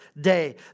day